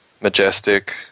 Majestic